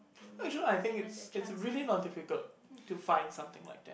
you know actually I think is it is really not difficult to find something like that